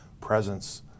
presence